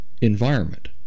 environment